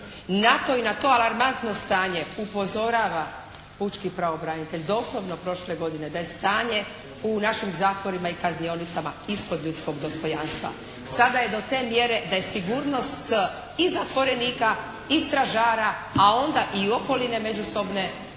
Na toj i na to alarmantno stanje upozorava pučki pravobranitelj. Doslovno prošle godine, da je stanje u našem zatvorima i kaznionicama ispod ljudskog dostojanstva. Sada je do te mjere da je sigurnost i zatvorenika i straža, a onda i okoline međusobne